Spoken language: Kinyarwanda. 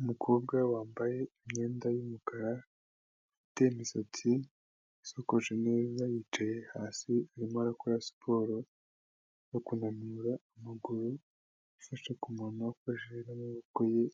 Umukobwa wambaye imyenda y'umukara, ufite imisatsi isakoje neza, yicaye hasi arimo akora siporo no kunanura amaguru, afashe ku mano afashe n'amaboko ye,